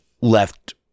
left